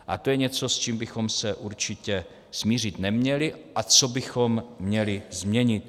A to je něco, s čím bychom se určitě smířit neměli a co bychom měli změnit.